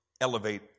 elevate